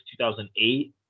2008